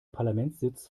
parlamentssitz